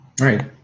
Right